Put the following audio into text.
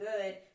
good